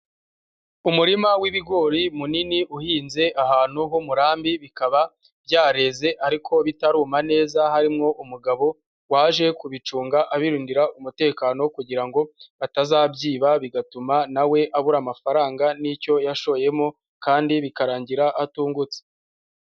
Umurima w'ibigori munini uhinze ahantu h'umurambi, bikaba byareze ariko bitaruma neza, harimo umugabo waje kubicunga abirindira umutekano kugira ngo batazabyiba bigatuma na we abura amafaranga n'icyo yashoyemo kandi bikarangira atungutse.